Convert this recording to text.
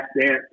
Dance